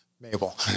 Mabel